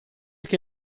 che